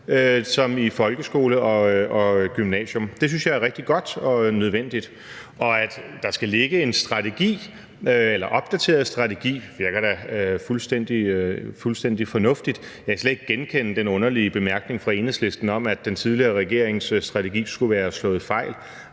som i folkeskole og gymnasium. Det synes jeg er rigtig godt og nødvendigt. Og at der skal ligge en opdateret strategi, virker da fuldstændig fornuftigt. Jeg kan slet ikke genkende den underlige bemærkning fra Enhedslisten om, at den tidligere regerings strategi skulle være slået fejl.